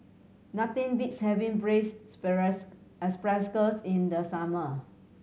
nothing beats having braised asparagus in the summer